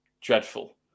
dreadful